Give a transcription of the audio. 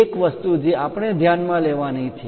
એક વસ્તુ જે આપણે ધ્યાનમાં લેવાની છે